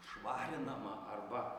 švarinama arba